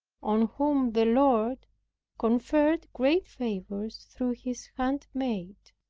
on whom the lord conferred great favors through his handmaid.